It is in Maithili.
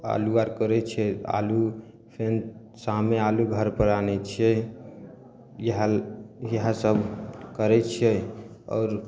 आलू आर कोरय छियै आलू फेर शाममे आलू घरपर आनय छियै इएह इएहे सब करय छियै आओर